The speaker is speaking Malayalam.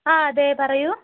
ആ അതെ പറയൂ